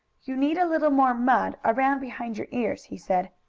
you need a little more mud around behind your ears, he said.